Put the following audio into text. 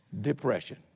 depression